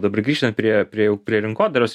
dabar grįžtant prie prie jau prie rinkodaros